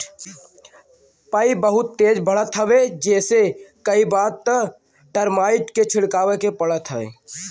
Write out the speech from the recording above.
पई बहुते तेज बढ़त हवे जेसे कई बार त टर्माइट के छिड़कवावे के पड़त हौ